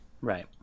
Right